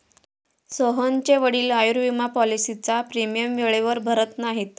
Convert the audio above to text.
सोहनचे वडील आयुर्विमा पॉलिसीचा प्रीमियम वेळेवर भरत नाहीत